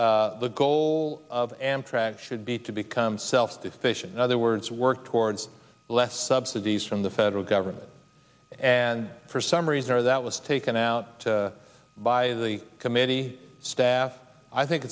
that the goal of amtrak should be to become self sufficient in other words work towards less subsidies from the federal government and for some reason or that was taken out by the committee staff i think